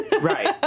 Right